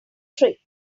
trick